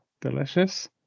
delicious